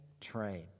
train